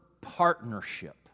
partnership